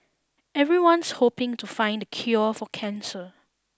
everyone's hoping to find the cure for cancer